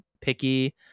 Picky